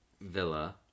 Villa